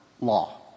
law